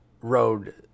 road